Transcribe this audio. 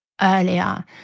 earlier